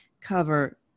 cover